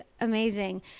amazing